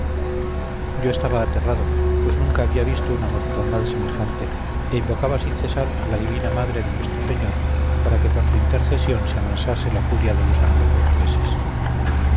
yo estaba aterrado pues nunca había visto mortandad semejante e invocaba sin cesar a la divina madre de nuestro señor para que por su intercesión se amansase la furia de los